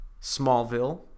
Smallville